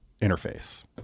interface